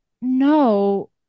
no